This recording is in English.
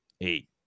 eight